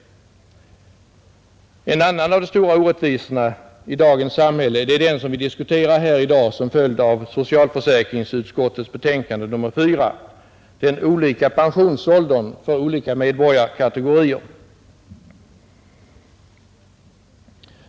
En annan av de stora orättvisorna i dagens samhälle är den som vi diskuterar här i dag som följd av socialförsäkringsutskottets betänkande nr 4 — en olika pensionsålder för olika medborgarkategorier.